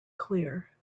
clear